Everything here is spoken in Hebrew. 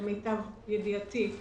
למיטב ידיעתי,